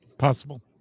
possible